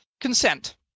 consent